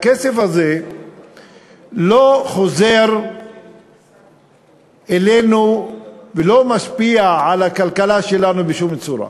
הכסף הזה לא חוזר אלינו ולא משפיע על הכלכלה שלנו בשום צורה.